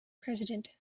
president